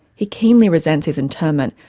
he keenly resents his internment,